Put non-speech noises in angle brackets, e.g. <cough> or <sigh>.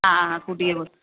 ആ ആ ആ <unintelligible>